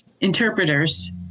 interpreters